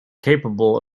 capable